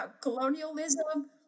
colonialism